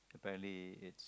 apparently it's